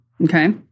Okay